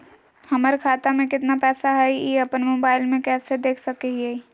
हमर खाता में केतना पैसा हई, ई अपन मोबाईल में कैसे देख सके हियई?